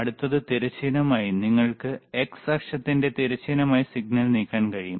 അടുത്തത് തിരശ്ചീനമായി നിങ്ങൾക്ക് x അക്ഷത്തിന്റെ തിരശ്ചീനമായി സിഗ്നൽ നീക്കാൻ കഴിയും